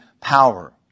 power